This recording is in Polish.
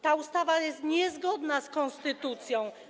Ta ustawa jest niezgodna z konstytucją.